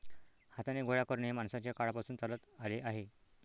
हाताने गोळा करणे हे माणसाच्या काळापासून चालत आले आहे